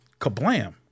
kablam